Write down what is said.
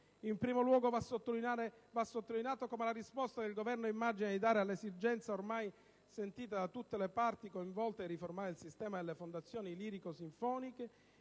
In primo luogo va sottolineato come la risposta che il Governo immagina di dare all'esigenza ormai sentita da tutte le parti coinvolte di riformare il sistema delle fondazioni lirico-sinfoniche